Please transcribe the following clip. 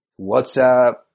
WhatsApp